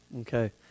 okay